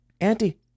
auntie